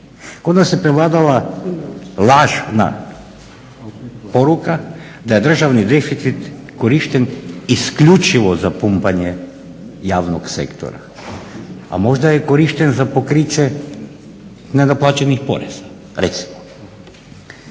Kod nas je prevladala lažna poruka da je državni deficit korišten isključivo za pumpanje javnog sektora, a možda je korišten za pokriće nenaplaćenih poreza, recimo.